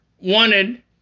wanted